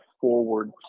forward